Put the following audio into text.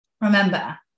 Remember